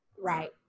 right